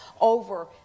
over